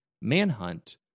Manhunt